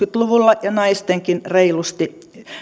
luvulla ja naistenkin reilusti